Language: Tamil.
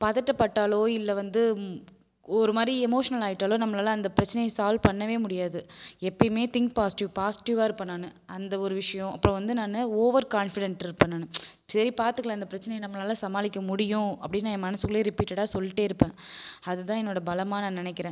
பதட்டப்பட்டாலோ இல்லை வந்து ஒருமாரி எமோஷ்னல் ஆயிட்டாலோ நம்மளால் அந்த பிரச்சனையை சால்வ் பண்ணவே முடியாது எப்பையுமே திங்க் பாஸ்ட்டிவ் பாஸ்ட்டிவாக இருப்பேன் நான் அந்த ஒரு விஷயம் அப்புறம் வந்து நான் ஓவர் கான்ஃபிடென்ட் இருப்பேன் நான் சரி பார்த்துக்கலாம் இந்த பிரச்சனையை நம்மளால் சமாளிக்க முடியும் அப்படின்னு என் மனசுக்குள்ளே ரிப்பீட்டடாக சொல்லிட்டே இருப்பேன் அது தான் என்னோட பலமாக நான் நினைக்குறேன்